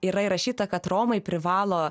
yra įrašyta kad romai privalo